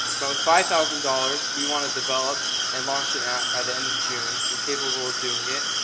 but with five thousand dollars, we want to develop and launch an app by the end of june we're capable of doing it.